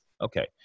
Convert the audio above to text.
okay